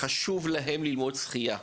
חשוב להם ללמוד שחייה.